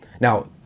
now